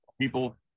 people